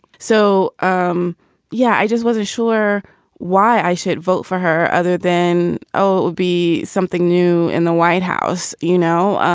so, um yeah, i just wasn't sure why i should vote for her other than, oh, it would be something new in the white house, you know,